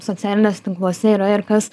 socialiniuose tinkluose yra ir kas